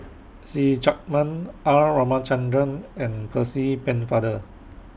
See Chak Mun R Ramachandran and Percy Pennefather